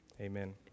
Amen